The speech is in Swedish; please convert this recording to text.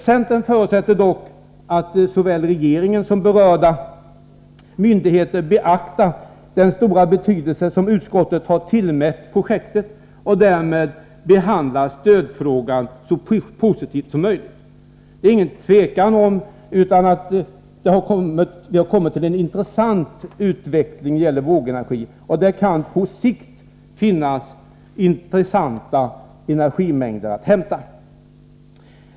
Centern förutsätter dock att såväl regeringen som berörda myndigheter beaktar den stora betydelse som utskottet har tillmätt projektet och därmed behandlar stödfrågan så positivt som möjligt. Det är ingen tvekan om att det har skett en intressant utveckling i fråga om vågenergin, och där kan på sikt finnas avsevärda energimängder att hämta.